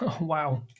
Wow